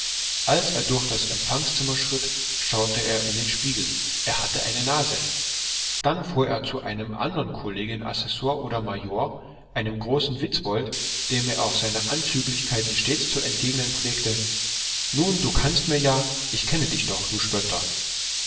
als er durch das empfangszimmer schritt schaute er in den spiegel er hat eine nase dann fuhr er zu einem andern kollegien assessor oder major einem großen witzbold dem er auf seine anzüglichkeiten stets zu entgegnen pflegte nun du kannst mir ja ich kenne dich doch du spötter